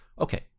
Okay